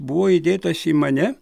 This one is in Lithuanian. buvo įdėtas į mane